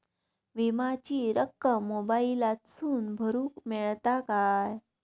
विमाची रक्कम मोबाईलातसून भरुक मेळता काय?